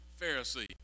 Pharisee